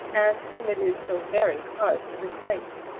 and whom it is so very hard to replace.